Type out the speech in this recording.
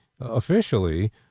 officially